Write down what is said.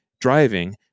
driving